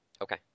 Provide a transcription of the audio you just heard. Okay